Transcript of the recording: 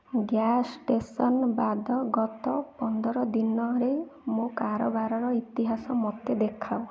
gas station ବାଦ ଗତ ପନ୍ଦର ଦିନରେ ମୋ କାରବାରର ଇତିହାସ ମୋତେ ଦେଖାଅ